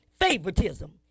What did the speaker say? favoritism